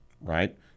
right